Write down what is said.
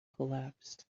collapsed